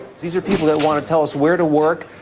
these are people that want to tell us where to work,